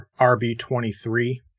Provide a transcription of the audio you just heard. RB23